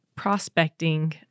prospecting